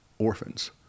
orphans